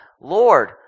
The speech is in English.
Lord